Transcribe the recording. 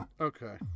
Okay